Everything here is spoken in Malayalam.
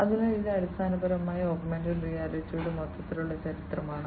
അതിനാൽ ഇത് അടിസ്ഥാനപരമായി ഓഗ്മെന്റഡ് റിയാലിറ്റിയുടെ മൊത്തത്തിലുള്ള ചരിത്രമാണ്